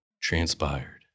transpired